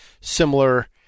similar